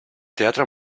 teatre